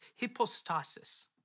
hypostasis